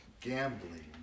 gambling